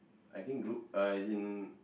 I think group uh as in